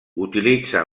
utilitza